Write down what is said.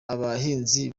abahinzi